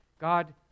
God